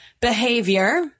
behavior